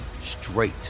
straight